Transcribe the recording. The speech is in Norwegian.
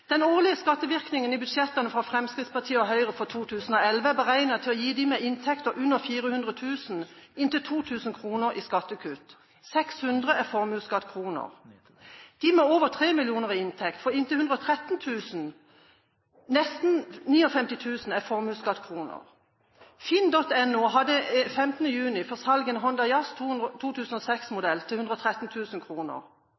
Den årlige skattevirkningen i budsjettene fra Fremskrittspartiet og Høyre for 2011 er beregnet å gi dem med inntekter under 400 000 kr inntil 2 000 kr i skattekutt. 600 er formuesskattekroner. De med over 3 mill. kr i inntekt får inntil 113 000 kr, nesten 59 000 er formuesskattekroner. FINN.no hadde 15. juni for